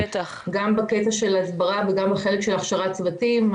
גם בקטע של הסברה וגם בחלק של הכשרת צוותים.